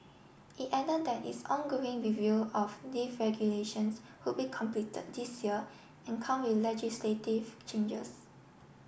it added that its ongoing review of lift regulations would be completed this year and come with legislative changes